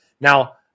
Now